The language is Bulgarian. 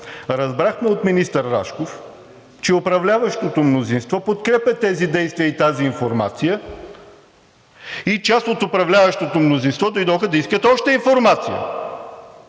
Разбрахме от министър Рашков, че управляващото мнозинство подкрепя тези действия и тази информация и част от управляващото мнозинство дойдоха да искат още информация